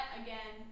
again